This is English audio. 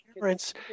parents